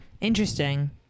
interesting